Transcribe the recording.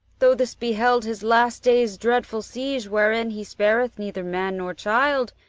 though this be held his last day's dreadful siege, wherein he spareth neither man nor child,